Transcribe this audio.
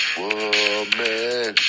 woman